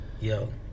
Yo